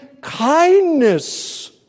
kindness